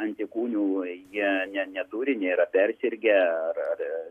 antikūnų jie ne neturi nėra persirgę ar ar